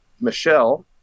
Michelle